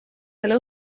selle